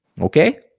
Okay